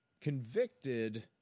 convicted